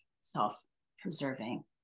self-preserving